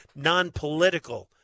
nonpolitical